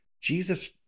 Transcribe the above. Jesus